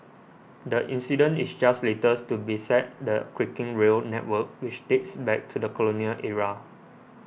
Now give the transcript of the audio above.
the incident is just latest to beset the creaking rail network which dates back to the colonial era